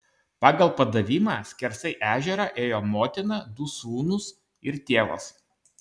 pagal padavimą skersai ežerą ėjo motina du sūnūs ir tėvas